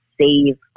save